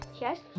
Yes